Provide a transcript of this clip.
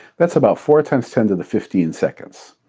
that's about four times ten to the fifteen seconds.